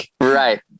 right